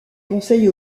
conseils